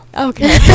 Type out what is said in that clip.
Okay